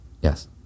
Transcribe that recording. yes